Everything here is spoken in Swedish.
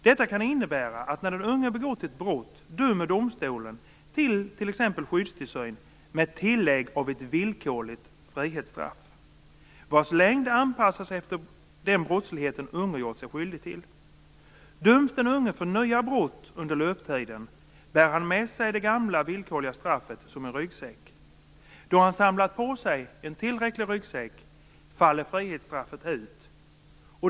Detta kan innebära att när den unge begått ett brott dömer domstolen till t.ex. skyddstillsyn med tillägg av ett villkorligt frihetsstraff, vars längd anpassas efter den brottslighet den unge gjort sig skyldig till. Döms den unge för nya brott under löptiden, bär han med sig det gamla villkorliga straffet som en "ryggsäck". Då han har samlat på sig en "tillräcklig ryggsäck" faller frihetsstraffet ut.